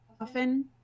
often